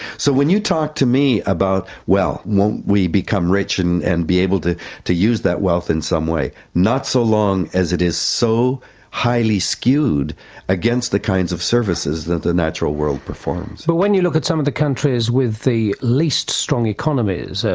so when you talk to me about, well, won't we become rich and and be able to to use that wealth in some way? not so long as it is so highly skewed against the kinds of services that the natural world performs. but when you look at some of the countries with the least strong economies,